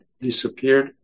disappeared